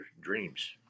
dreams